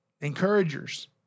Encouragers